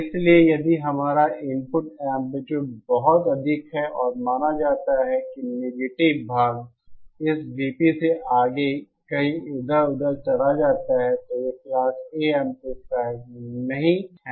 इसलिए यदि हमारा इनपुट एंप्लीट्यूड बहुत अधिक है और माना जाता है कि नेगेटिव भाग इस VP से आगे कहीं इधर उधर चला जाता है तो यह एक क्लास A एम्पलीफायर नहीं है